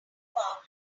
about